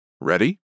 Ready